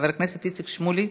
חבר הכנסת איציק שמולי,